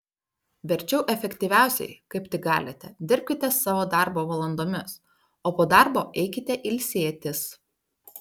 verčiau efektyviausiai kaip tik galite dirbkite savo darbo valandomis o po darbo eikite ilsėtis